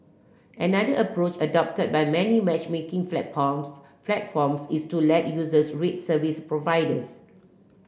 another approach adopted by many matchmaking platforms platforms is to let users rate service providers